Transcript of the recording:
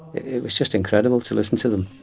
it was just incredible to listen to them.